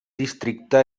districte